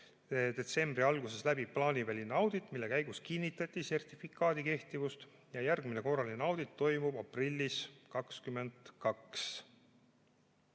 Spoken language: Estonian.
detsembri alguses läbi plaaniväline audit, mille käigus kinnitati sertifikaadi kehtivust. Järgmine korraline audit toimub aprillis 2022.